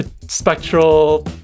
spectral